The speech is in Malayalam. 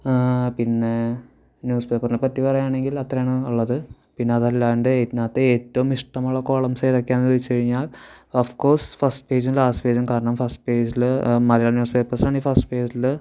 പിന്നെ ന്യൂസ് പേപ്പറിനെ പറ്റി പറയാണെങ്കിൽ അത്രയാണ് ഉള്ളത് പിന്നെ അതല്ലാണ്ട് ഇതിനകത്ത് ഏറ്റവും ഇഷ്ടമുള്ള കോളംസ് ഏതൊക്കെയാണ് ചോദിച്ചു കഴിഞ്ഞാൽ ഓഫ് കോഴ്സ് ഫസ്റ്റ് പേജും ലാസ്റ്റ് പേജും കാരണം ഫസ്റ്റ് പേജിൽ മലയാളം ന്യൂസ് പേപ്പർസ് ആണെങ്കിൽ ഫസ്റ്റ് പേജിൽ